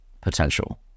potential